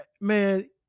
man